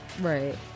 right